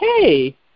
hey